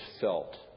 felt